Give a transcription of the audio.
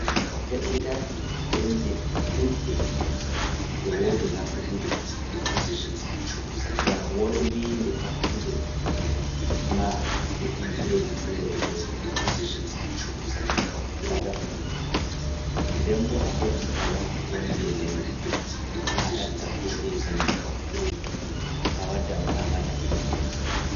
Ekkitaaki demde dudde e wodi nafu gam dun beitai sakiraaku e faaminda fina tawaaji hakkunde himbe e leide.